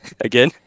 again